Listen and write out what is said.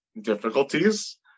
difficulties